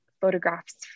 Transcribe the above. photographs